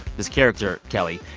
this character, kelli,